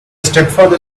stepfather